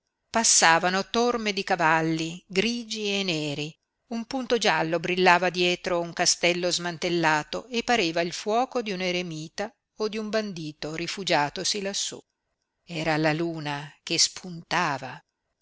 passavano torme di cavalli grigi e neri un punto giallo brillava dietro un castello smantellato e pareva il fuoco di un eremita o di un bandito rifugiatosi lassú era la luna che spuntava